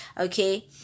okay